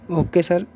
okay sir